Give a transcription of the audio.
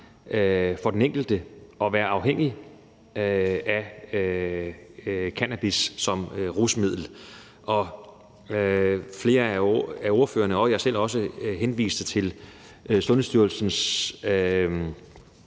for den enkelte at være afhængig af cannabis som rusmiddel. Flere af ordførerne og også jeg selv henviste til Sundhedsstyrelsens